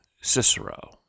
Cicero